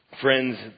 Friends